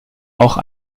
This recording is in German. auch